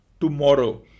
Tomorrow